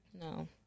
No